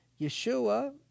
Yeshua